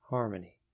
Harmony